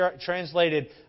translated